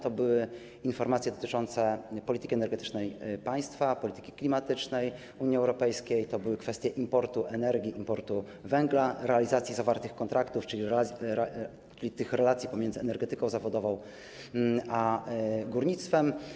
To były informacje dotyczące polityki energetycznej państwa, polityki klimatycznej Unii Europejskiej, to były kwestie importu energii, importu węgla, realizacji zawartych kontraktów i relacji pomiędzy energetyką zawodową a górnictwem.